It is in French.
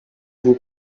vous